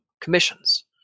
commissions